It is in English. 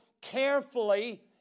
carefully